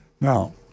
Now